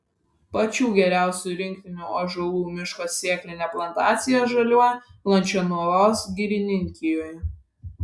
pačių geriausių rinktinių ąžuolų miško sėklinė plantacija žaliuoja lančiūnavos girininkijoje